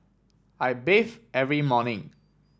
I bathe every morning